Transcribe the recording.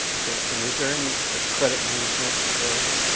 okay, and is there any credit enhancement available?